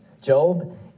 Job